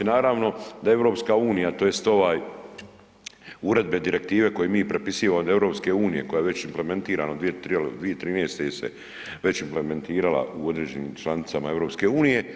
Naravno da EU tj. ovaj uredbe direktive koje mi prepisivamo od EU koja je već implementirano 2013. je se već implementirala u određenim članicama EU.